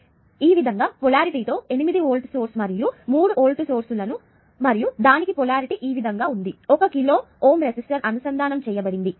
కాబట్టి ఈ విధంగా పొలారిటీ తో 8 వోల్ట్ సోర్స్ మరియు మూడు వోల్ట్ సోర్స్లను మరియు దానికి పొలారిటీ ఈ విధంగా ఉంది 1 కిలో Ω రెసిస్టర్ అనుసంధానం చేయబడినది